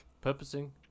purposing